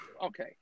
Okay